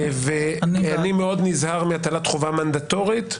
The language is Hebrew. ואני מאוד נזהר מהטלת חובה מנדטורית.